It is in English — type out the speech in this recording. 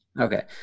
Okay